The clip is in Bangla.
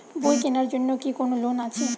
বই কেনার জন্য কি কোন লোন আছে?